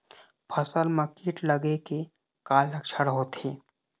फसल म कीट लगे के का लक्षण होथे?